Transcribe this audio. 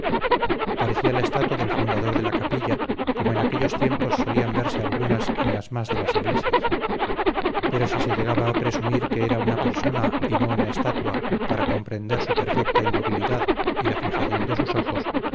parecía la estatua del fundador de la capilla como en aquellos tiempos solían verse algunas en las más de las iglesias pero si se llegaba a presumir que era una persona y no una estatua para comprender su perfecta inmovilidad y la fijación de sus ojos